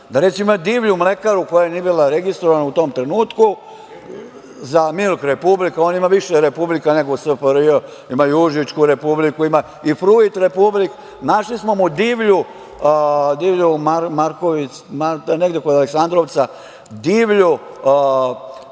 da ima divlju mlekaru koja nije bila registrovana u tom trenutku, za „Milk Republik“, on ima više republika nego SFRJ, ima i Užičku republiku ima i „Fruit Republik“.Našli smo mu divlju, negde kod Aleksandrovca, divlji